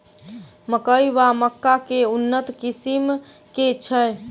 मकई वा मक्का केँ उन्नत किसिम केँ छैय?